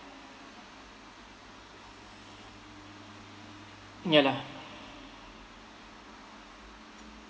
ya lah